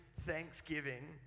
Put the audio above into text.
Thanksgiving